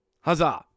Huzzah